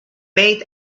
made